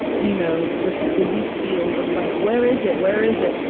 you know, the the wheat field of like, where is it? where is it?